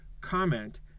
comment